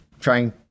trying